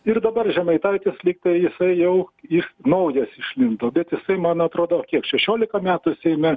ir dabar žemaitaitis lygtai jisai jau jis naujas išlindo bet jisai man atrodo kiek šešiolika metų seime